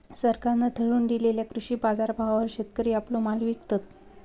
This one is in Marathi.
सरकारान ठरवून दिलेल्या कृषी बाजारभावावर शेतकरी आपलो माल विकतत